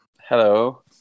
Hello